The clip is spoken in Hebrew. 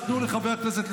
היא אומרת: הפוסל